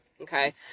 okay